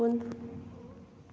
ꯀꯨꯟ